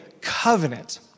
covenant